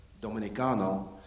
Dominicano